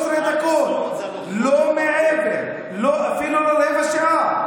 13 דקות, לא מעבר, אפילו לא רבע שעה.